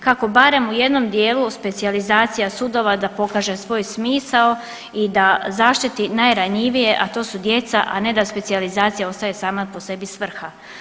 Kako barem u jednom dijelu specijalizacija sudova da pokaže svoj smisao i da zaštiti najranjivije, a ne da specijalizacija ostaje sama po sebi svrha.